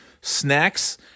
snacks